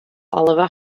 oliver